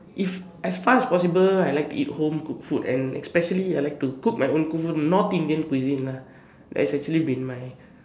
if as far as possible I like to eat home cooked food and especially I like to cook my home cooked food not Indian cuisine lah it's actually been my